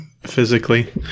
physically